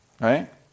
right